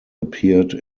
appeared